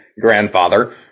grandfather